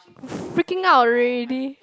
freaking out already